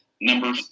Number